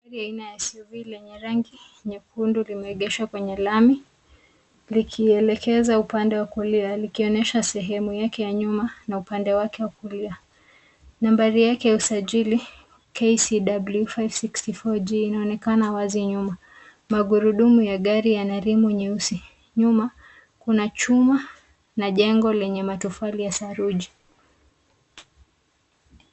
Gari aina ya SUV lenye rangi nyekundu limeegeshwa kwenye lami likielekeza upande wa kulia likionyesha sehemu yake ya nyuma na upande wake wa kulia. Nambari yake ya usajili KCW 564G inaonekana wazi nyuma, magurudumu ya gari yana rimu nyeusi. Nyuma kuna chuma na jumba lenye matofali ya saruji.